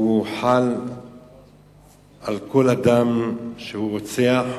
חל על כל אדם רוצח,